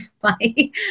funny